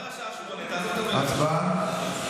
הצבעה.